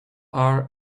are